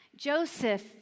Joseph